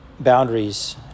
boundaries